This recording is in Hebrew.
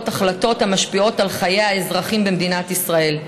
החלטות המשפיעות על חיי האזרחים במדינת ישראל.